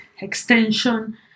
extension